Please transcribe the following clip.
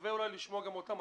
שווה לשמוע גם אותם.